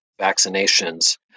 vaccinations